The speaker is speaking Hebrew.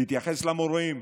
תתייחס למורים,